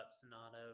Sonata